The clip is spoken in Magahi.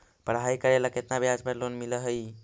पढाई करेला केतना ब्याज पर लोन मिल हइ?